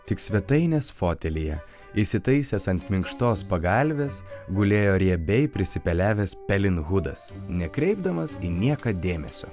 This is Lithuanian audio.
tik svetainės fotelyje įsitaisęs ant minkštos pagalvės gulėjo riebiai prisipelevęs pelinhudas nekreipdamas į nieką dėmesio